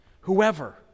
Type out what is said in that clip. Whoever